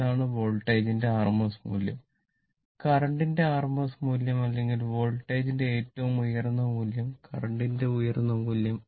അതാണ് വോൾട്ടേജിന്റെ rms മൂല്യം കറന്റ് ന്റെ rms മൂല്യം അല്ലെങ്കിൽ വോൾട്ടേജിന്റെ ഏറ്റവും ഉയർന്ന മൂല്യം കറന്റ് ന്റെ ഉയർന്ന മൂല്യം